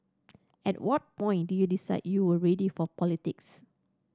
at what point did you decide you were ready for politics